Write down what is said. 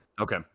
Okay